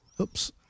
Oops